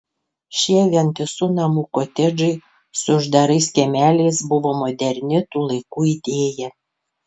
šie vientisų namų kotedžai su uždarais kiemeliais buvo moderni tų laikų idėja